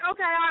Okay